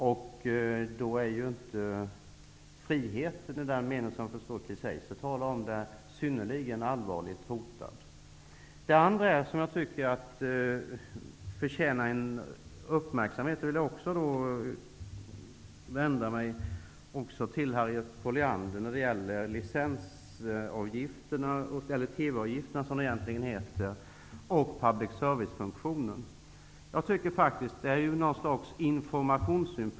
Därmed är ju inte friheten i den mening som Chris Heister talade om särskilt allvarligt hotad. Jag vill vända mig till Harriet Colliander angående TV-avgifterna och public service-funktionen.